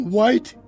White